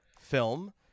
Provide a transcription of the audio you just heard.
film